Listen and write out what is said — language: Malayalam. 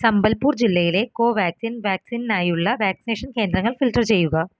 സംബൽപൂർ ജില്ലയിലെ കോവാക്സിൻ വാക്സിനായുള്ള വാക്സിനേഷൻ കേന്ദ്രങ്ങൾ ഫിൽട്ടർ ചെയ്യുക